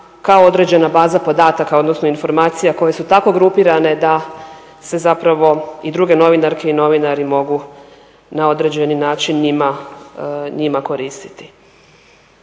kao određena baza podataka, odnosno informacija koje su tako grupirane da se zapravo i druge novinarke i novinari mogu na određeni način njima koristiti.